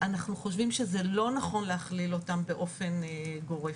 אנחנו חושבים שזה לא נכון להכליל אותם באופן גורף.